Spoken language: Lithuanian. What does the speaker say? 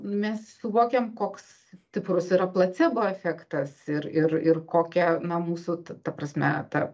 mes suvokiam koks stiprus yra placebo efektas ir ir ir kokia na mūsų t ta prasme ta